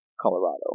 Colorado